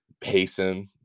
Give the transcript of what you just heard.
Payson